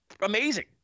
amazing